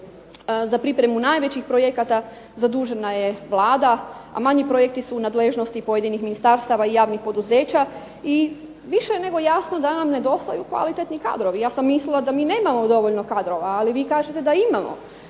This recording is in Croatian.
Za pripremu najvećih projekata zadužena je Vlada, a manji projekti su u nadležnosti pojedinih ministarstava i javnih poduzeća i više je nego jasno da nam nedostaju kvalitetni kadrovi. Ja sam mislila da mi nemamo dovoljno kadrova, ali vi kažete da imamo.